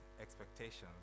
expectations